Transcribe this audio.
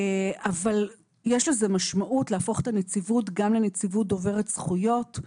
יש לזה משמעות להפוך את הנציבות גם לנציבות דוברת זכויות.